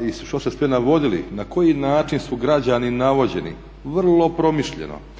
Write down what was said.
i što ste sve navodili na koji način su građani navođeni. Vrlo promišljeno,